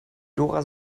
dora